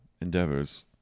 endeavors